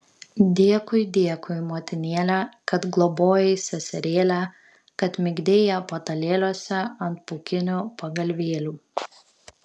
dėkui dėkui motinėle kad globojai seserėlę kad migdei ją patalėliuose ant pūkinių pagalvėlių